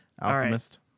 Alchemist